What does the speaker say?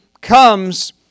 comes